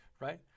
right